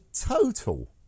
total